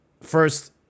first